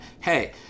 hey